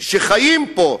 שחיים פה,